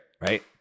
right